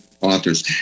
authors